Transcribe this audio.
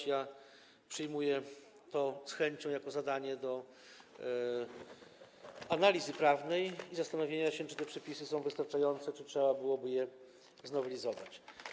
Z chęcią przyjmuję to jako zadanie do analizy prawnej i zastanowienia się, czy te przepisy są wystarczające, czy trzeba byłoby je znowelizować.